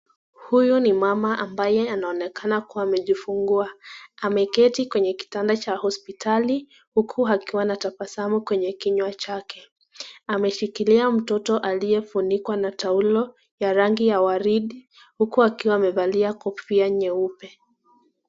Huyu ni mama ambaye anaonekana kuwa amejifungua. Ameketi kwenye kitanda cha hospitali huku akiwa na tabasamu kwenye kinywa chake. Ameshikilia mtoto aliyefunikwa na taulo ya rangi ya waridi huku akiwa amevalia kofia nyeupe.